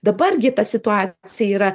dabar gi ta situacija yra